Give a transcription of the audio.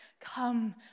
come